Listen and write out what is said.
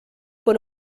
por